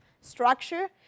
structure